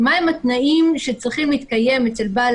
מהם התנאים שצריכים להתקיים אצל בעל